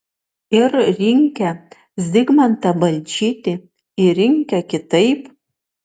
ir rinkę zigmantą balčytį ir rinkę kitaip